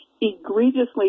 egregiously